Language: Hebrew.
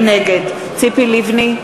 נגד ציפי לבני,